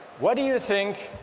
what do you think